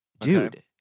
Dude